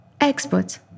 experts